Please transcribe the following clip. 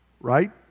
right